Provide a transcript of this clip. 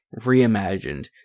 reimagined